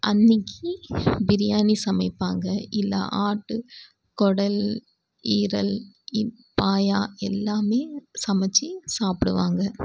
அன்னைக்கு பிரியாணி சமைப்பாங்க இல்லை ஆட்டு குடல் ஈரல் பாயா எல்லாமே சமைத்து சாப்பிடுவாங்க